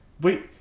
Wait